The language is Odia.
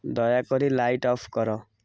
ଦୟାକରି ଲାଇଟ୍ ଅଫ୍ କର